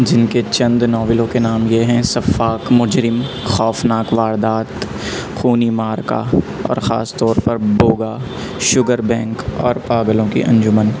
جن کے چند ناولوں کے نام یہ ہیں سفاک مجرم خوفناک واردات خونی معرکہ اور خاص طور پر بوغا شوگر بینک اور پاگلوں کی انجمن